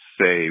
say